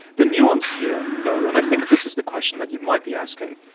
the nuance here though, and i think this is the question that you might be asking,